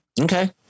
Okay